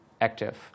active